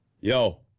Yo